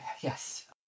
Yes